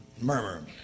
Murmur